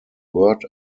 word